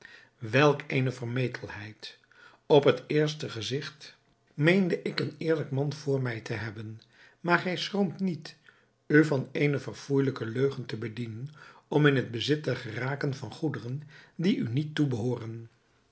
welk eene vermetelheid op het eerste gezigt meende ik een eerlijk man voor mij te hebben maar gij schroomt niet u van eene verfoeijelijke leugen te bedienen om in het bezit te geraken van goederen die u niet toebehooren